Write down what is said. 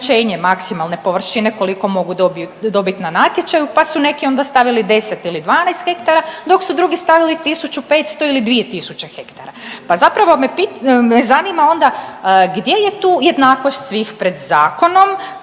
maksimalne površine koliko mogu dobit na natječaju, pa su neki onda stavili 10 ili 12 hektara dok su drugi stavili 1500 ili 2000 hektara. Pa zapravo me zanima onda gdje je tu jednakost svih pred zakonom